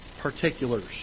particulars